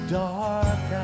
dark